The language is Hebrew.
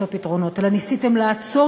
וניסיתם למצוא פתרונות,